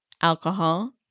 Alcohol